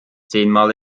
zehnmal